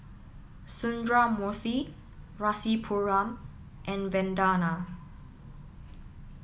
Sundramoorthy Rasipuram and Vandana